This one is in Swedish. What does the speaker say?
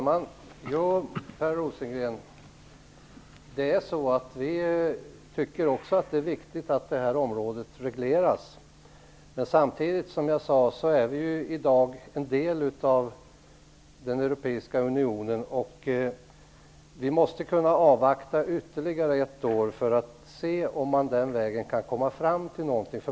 Herr talman! Vi tycker också att det är viktigt att det här området regleras, Per Rosengren. Men samtidigt är Sverige i dag, som jag sade, en del av den europeiska unionen. Vi måste kunna avvakta ytterligare ett år för att se om man den vägen kan komma fram till någonting.